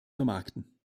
vermarkten